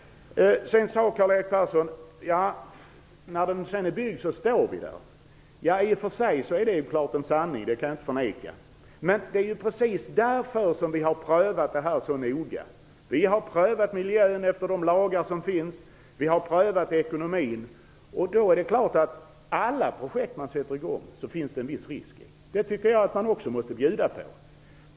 Karl-Erik Persson sade att när bron sedan är byggd, så står vi där. I och för sig är detta en sanning. Det kan jag inte förneka. Men det är precis därför som vi har gjort en så noggrann prövning. Vi har prövat miljökonsekvenserna efter de lagar som finns och vi har prövat ekonomin. Det är klart att det i alla projekt som sätts i gång finns en viss risk. Det tycker jag att man måste bjuda på.